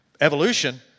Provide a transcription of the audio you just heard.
Evolution